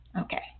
okay